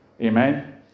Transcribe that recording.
Amen